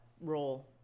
role